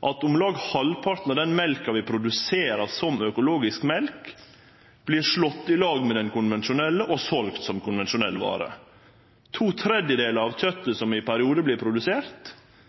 at om lag halvparten av den mjølka vi produserer som økologisk mjølk, vert slått i lag med den konvensjonelle og selt som konvensjonell vare. To tredelar av kjøtet som vert produsert, gjer vi det same med i